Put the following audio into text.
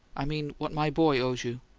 i mean what my boy owes you.